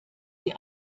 die